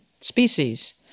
species